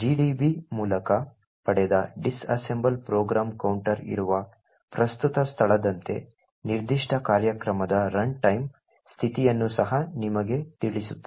gdb ಮೂಲಕ ಪಡೆದ disassemble program counter ಇರುವ ಪ್ರಸ್ತುತ ಸ್ಥಳದಂತೆ ನಿರ್ದಿಷ್ಟ ಕಾರ್ಯಕ್ರಮದ ರನ್ ಟೈಮ್ ಸ್ಥಿತಿಯನ್ನು ಸಹ ನಿಮಗೆ ತಿಳಿಸುತ್ತದೆ